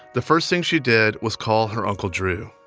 the first thing she did was call her uncle drew.